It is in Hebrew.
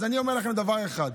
אז אני אומר לכם דבר אחד: